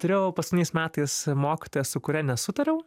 turėjau paskutiniais metais mokytoją su kuria nesutariau